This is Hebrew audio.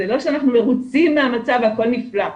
זה לא שאנחנו מרוצים מהמצב והכל נפלא,